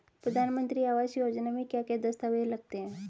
प्रधानमंत्री आवास योजना में क्या क्या दस्तावेज लगते हैं?